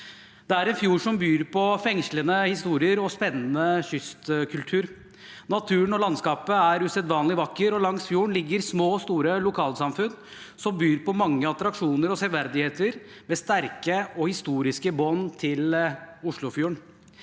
Det er en fjord som byr på fengslende historier og spennende kystkultur. Naturen og landskapet er usedvanlig vakre, og langs fjorden ligger det små og store lokalsamfunn som byr på mange attraksjoner og severdigheter med sterke og historiske bånd til Oslofjorden.